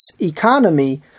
economy